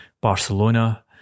Barcelona